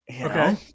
Okay